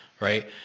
right